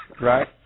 right